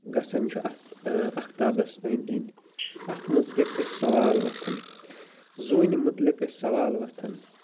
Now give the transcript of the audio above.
گَژھان چھُ اتھ افتابَس أنٛدۍ أنٛدۍ اتھ مُتعلِق ٲسۍ سَوال وۄتھان زوٗنہِ مُتعلِق ٲسۍ سَوال وۄتھان